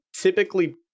typically